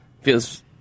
Feels